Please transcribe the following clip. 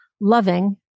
loving